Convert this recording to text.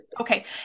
Okay